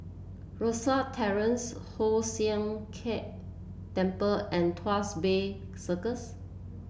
Rosyth Terrace Hoon Sian Keng Temple and Tuas Bay Circles